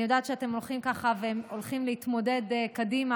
אני יודעת שאתם הולכים להתמודד קדימה,